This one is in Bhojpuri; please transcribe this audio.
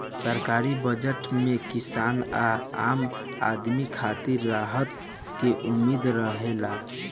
सरकारी बजट में किसान आ आम आदमी खातिर राहत के उम्मीद रहेला